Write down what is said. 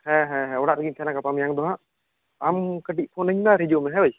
ᱦᱮᱸ ᱦᱮᱸ ᱚᱲᱟᱜ ᱨᱮᱜᱮᱧ ᱛᱟᱦᱮᱱᱟ ᱜᱟᱯᱟ ᱢᱮᱭᱟᱝ ᱫᱚ ᱦᱟᱜ ᱟᱢ ᱠᱟᱹᱴᱤᱡ ᱯᱷᱳᱱᱟᱹᱧ ᱢᱮ ᱟᱨ ᱦᱤᱡᱩᱜ ᱢᱮ ᱦᱳᱭ